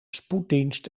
spoeddienst